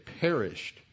perished